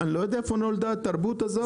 אני לא יודע איפה נולדה התרבות הזאת,